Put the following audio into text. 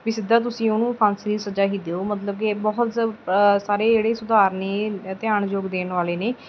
ਵੀ ਸਿੱਧਾ ਤੁਸੀਂ ਉਹਨੂੰ ਫਾਂਸੀ ਦੀ ਸਜ਼ਾ ਹੀ ਦਿਓ ਮਤਲਬ ਕਿ ਬਹੁਤ ਸ ਸਾਰੇ ਜਿਹੜੇ ਸੁਧਾਰ ਨੇ ਧਿਆਨ ਯੋਗ ਦੇਣ ਵਾਲੇ ਨੇ